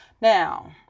Now